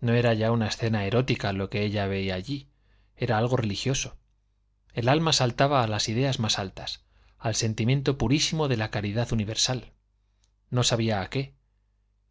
no era ya una escena erótica lo que ella veía allí era algo religioso el alma saltaba a las ideas más altas al sentimiento purísimo de la caridad universal no sabía a qué